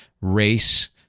Race